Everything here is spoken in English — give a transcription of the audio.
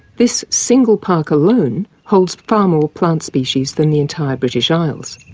this single park alone holds far more plant species than the entire british isles.